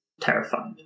terrified